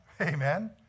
Amen